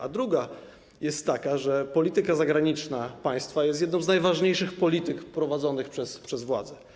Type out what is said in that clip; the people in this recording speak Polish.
A druga jest taka, że polityka zagraniczna państwa jest jedną z najważniejszych polityk prowadzonych przez władzę.